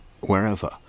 wherever